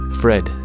Fred